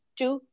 two